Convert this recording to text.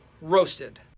roasted